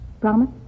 Promise